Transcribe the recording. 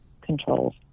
controls